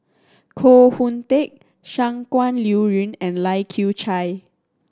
Koh Hoon Teck Shangguan Liuyun and Lai Kew Chai